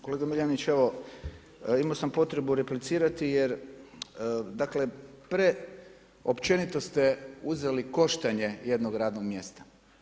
Kolega Miljenić, evo imao sam potrebu replicirati jer preopćenito ste uzeli koštanje jednog radnog mjesta.